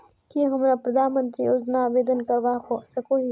की हमरा प्रधानमंत्री योजना आवेदन करवा सकोही?